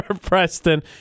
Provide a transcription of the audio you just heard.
Preston